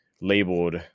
labeled